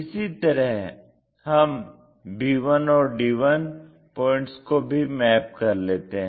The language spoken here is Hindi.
इसी तरह हम b1 और d1 पॉइंट्स को भी मैप कर लेते हैं